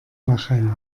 machen